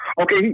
Okay